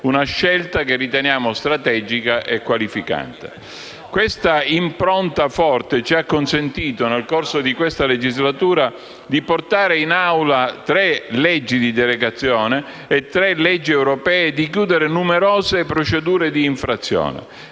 una scelta che riteniamo strategica e qualificante. Questa impronta forte ci ha consentito, nel corso di questa legislatura, di portare in Assemblea tre leggi di delegazione e tre leggi europee e di chiudere numerose procedure di infrazione.